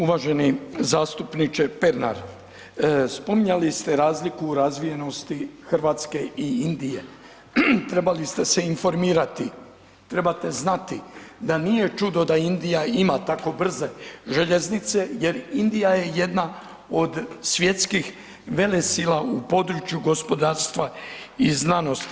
Uvaženi zastupniče Pernar, spominjali ste razliku u razvijenosti RH i Indije, trebali ste se informirati, trebate znati da nije čudo da Indija ima tako brze željeznice jer Indija je jedna od svjetskih velesila u području gospodarstva i znanosti.